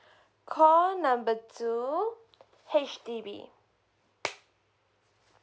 call number two H_D_B